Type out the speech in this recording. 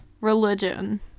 religion